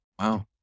Wow